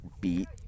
beat